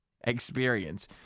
experience